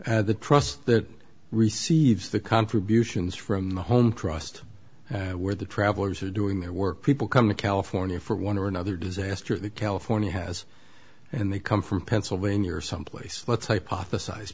again the trust that receives the contributions from the home trust where the travelers are doing their work people come to california for one or another disaster that california has and they come from pennsylvania or someplace let's hypothesi